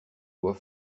doit